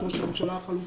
או את ראש הממשלה החלופי,